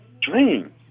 dream